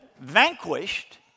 vanquished